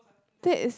that is